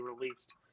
released